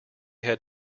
had